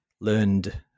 learned